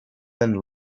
than